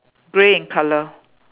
grey in colour